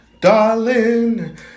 darling